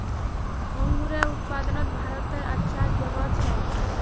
अन्गूरेर उत्पादनोत भारतेर अच्छा जोगोह छे